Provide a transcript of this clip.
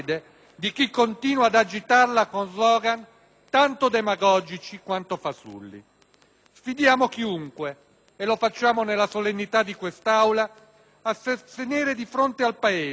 Sfidiamo chiunque - e lo facciamo nella solennità di quest'Aula - a sostenere di fronte al Paese che non rispondono ad un interesse pubblico la velocizzazione del processo civile,